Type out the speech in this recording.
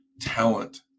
talent